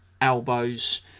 elbows